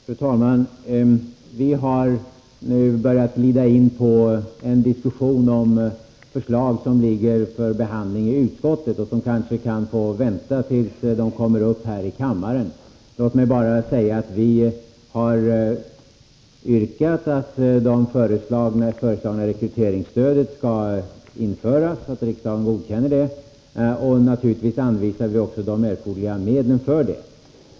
Fru talman! Vi har nu börjat glida in på en diskussion om förslag som ligger för behandling i utskottet. Vi kanske får vänta tills de kommer upp här i kammaren. Låt mig bara säga att vi har yrkat att riksdagen godkänner det föreslagna rekryteringsstödet så att det kan införas. Naturligtvis anvisar vi också de erforderliga medlen för det.